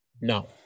No